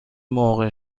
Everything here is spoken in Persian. موقع